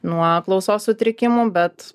nuo klausos sutrikimų bet